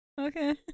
Okay